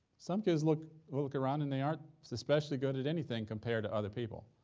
some kids look look around and they aren't so especially good at anything compared to other people,